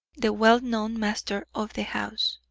the well-known master of the house.